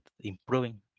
improving